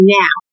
now